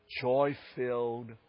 joy-filled